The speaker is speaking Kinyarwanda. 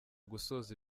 gusoza